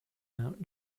out